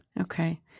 okay